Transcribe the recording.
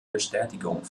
bestätigung